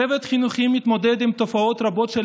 הצוות החינוכי מתמודד עם תופעות רבות של